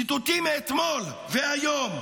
ציטוטים מאתמול והיום: